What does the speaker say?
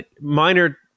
minor